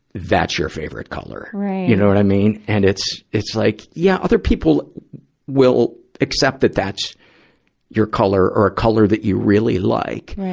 that's your favorite color. you know what i mean? and it's, it's like, yeah, other people will accept that that's your color or a color that you really like.